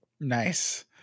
Nice